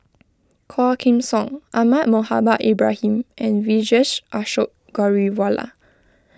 Quah Kim Song Ahmad Mohamed Ibrahim and Vijesh Ashok Ghariwala